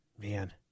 Man